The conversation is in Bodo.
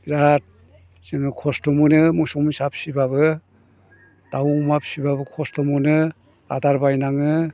बिराद जोङो खस्थ' मोनो मोसौ मोसा फिसिबाबो दाव अमा फिसिबाबो खस्थ' मोनो आदार बायनाङो